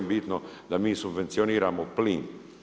Bitno da mi subvencioniramo plin.